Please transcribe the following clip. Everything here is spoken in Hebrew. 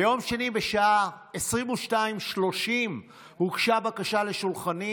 ביום שני בשעה 22:30 הוגשה בקשה לשולחני